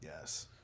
Yes